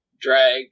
drag